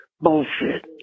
bullshit